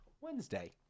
Wednesday